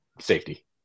safety